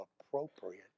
appropriate